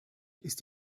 ist